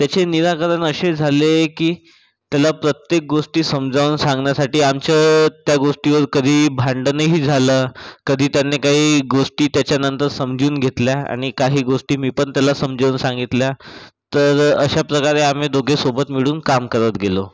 त्याचे निराकरण असे झाले की त्याला प्रत्येक गोष्टी समजावून सांगण्यासाठी आमचं त्या गोष्टीवर कधी भांडणही झालं कधी त्यांनी काही गोष्टी त्याच्यानंतर समजून घेतल्या आणि काही गोष्टी मी पण त्याला समजून सांगितल्या तर अशाप्रकारे आम्ही दोघे सोबत मिळून काम करत गेलो